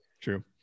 true